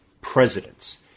presidents